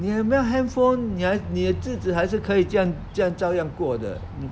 你有没有 handphone 你还你自己还是可以这样可以这样照样过的